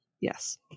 Yes